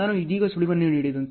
ನಾನು ಇದೀಗ ಸುಳಿವನ್ನು ನೀಡಿದಂತೆ